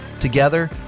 Together